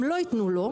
הם לא יתנו לו.